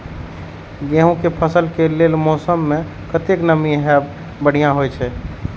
गेंहू के फसल के लेल मौसम में कतेक नमी हैब बढ़िया होए छै?